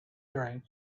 drink